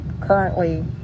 currently